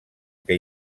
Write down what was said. que